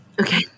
Okay